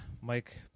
Mike